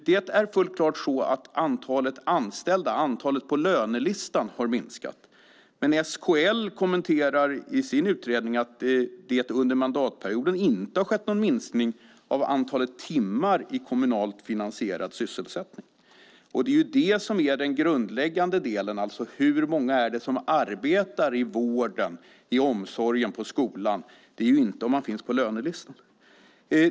Det är helt klart så att antalet anställda, antalet på lönelistan, har minskat. Men SKL kommenterar i sin utredning att det under mandatperioden inte har skett någon minskning av antalet timmar i kommunalt finansierad sysselsättning. Och det är ju det som är det grundläggande, alltså hur många det är som arbetar i vården, i omsorgen och på skolan, inte om man finns på lönelistan.